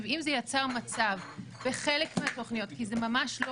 אם זה יצר מצב בחלק מהתוכניות כי זה ממש לא